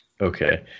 Okay